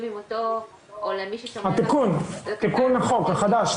או למי שנשאר --- תיקון החוק החדש,